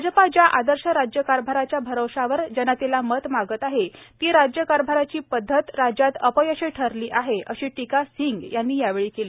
भाजपा ज्या आदर्श राज्यकारभाराच्या भरवशावर जनतेला मत मागत आहे ती राज्यकारभाराची पद्वत राज्यात अपयशी ठरली आहे अशी टीका सिंग यांनी यावेळी केली